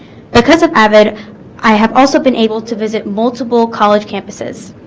because of avid i have also been able to visit multiple college campuses